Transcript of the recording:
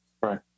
Right